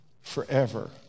forever